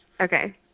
Okay